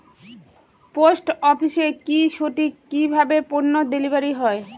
Post অফিসে কি সঠিক কিভাবে পন্য ডেলিভারি হয়?